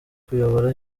kuyobora